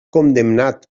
condemnat